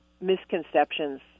misconceptions